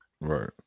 Right